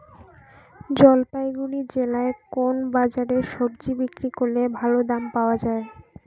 জলপাইগুড়ি জেলায় কোন বাজারে সবজি বিক্রি করলে ভালো দাম পাওয়া যায়?